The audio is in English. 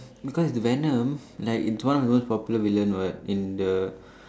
because it's venom like it's one of the most popular villain what in the